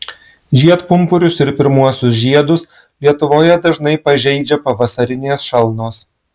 žiedpumpurius ir pirmuosius žiedus lietuvoje dažnai pažeidžia pavasarinės šalnos